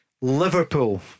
Liverpool